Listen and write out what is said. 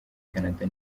canada